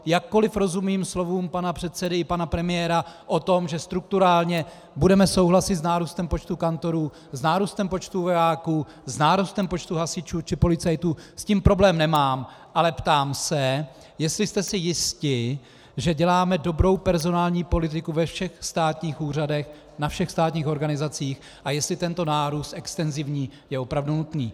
Jakkoliv rozumím slovům pana předsedy i pana premiéra o tom, že strukturálně budeme souhlasit s nárůstem počtu kantorů, s nárůstem počtu vojáků, s nárůstem počtu hasičů, či policajtů, s tím problém nemám, ale ptám se, jestli jste si jisti, že děláme dobrou personální politiku ve všech státních úřadech, na všech státních organizacích a jestli tento extenzivní nárůst je opravdu nutný.